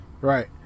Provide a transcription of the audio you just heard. Right